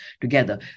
together